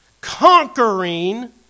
conquering